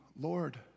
Lord